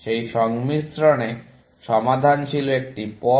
সেই সংমিশ্রণে সমাধান ছিল একটি পথ